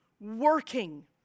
working